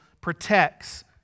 protects